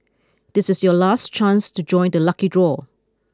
this is your last chance to join the lucky draw